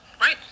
right